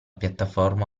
piattaforma